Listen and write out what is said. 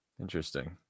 interesting